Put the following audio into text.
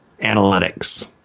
Analytics